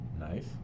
Nice